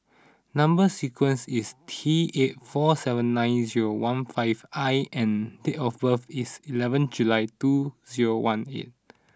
number sequence is T eight four seven nine zero one five I and date of birth is eleven July two zero one eight